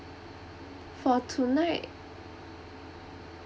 for tonight